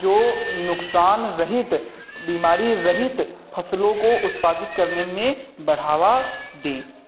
जो नुकसान रहित बीमारी रहित फसलों को उत्पादित करने में बढ़ावा दें